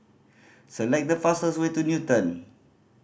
select the fastest way to Newton